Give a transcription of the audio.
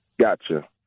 Gotcha